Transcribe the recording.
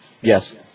Yes